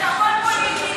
שזה הכול פוליטי,